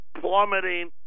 plummeting